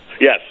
Yes